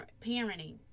parenting